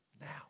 now